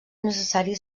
necessari